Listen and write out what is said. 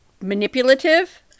manipulative